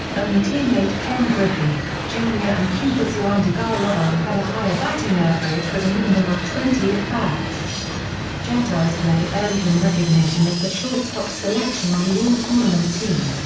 only teammate ken griffey, jr. and cuba's yoandy garlobo had a higher batting average with a minimum of twenty at-bats. jeter's play earned him recognition as the shortstop selection on the all-tournament team.